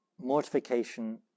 Mortification